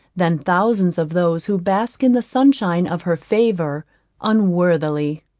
than thousands of those who bask in the sunshine of her favour unworthily.